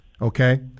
Okay